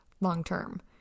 long-term